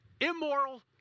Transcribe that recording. immoral